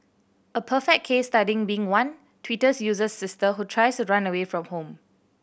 a perfect case studying being one Twitters user's sister who tries to run away from home